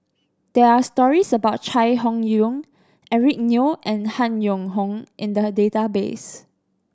there are stories about Chai Hon Yoong Eric Neo and Han Yong Hong in the database